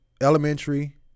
elementary